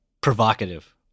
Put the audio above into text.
provocative